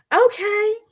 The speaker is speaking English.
Okay